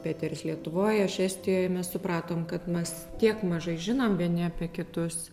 pėteris lietuvoj aš estijoj mes supratom kad mes tiek mažai žinom vieni apie kitus